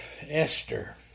Esther